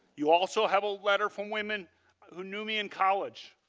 you also have a letter from women who knew me in college.